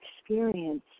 experience